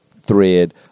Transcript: thread